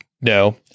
no